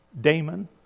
Damon